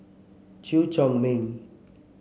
Chew Chor Meng